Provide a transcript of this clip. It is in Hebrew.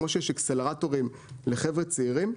כמו שיש אקסלרטורים לחבר'ה צעירים,